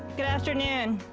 good afternoon.